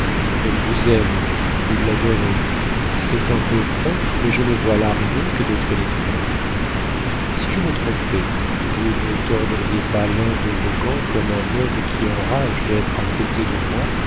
elle vous aime vous l'adorez c'est un peu prompt mais je ne vois là rien que de très naturel si je me trompais vous ne torderiez pas l'un de vos gants comme un homme qui enrage d'être à côté de moi